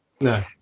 No